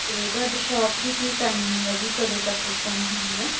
ਅਤੇ ਤੁਹਾਡੀ ਸ਼ੋਪ ਦੀ ਕੀ ਟਾਈਮਿੰਗ ਆ ਜੀ ਕਦੋਂ ਤੱਕ ਓਪਨ ਹੁੰਦੀ ਆ